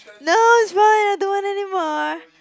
no is fine I don't want anymore